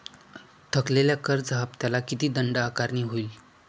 थकलेल्या कर्ज हफ्त्याला किती दंड आकारणी होईल?